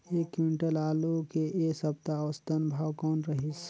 एक क्विंटल आलू के ऐ सप्ता औसतन भाव कौन रहिस?